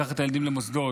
לקחת את הילדים למוסדות.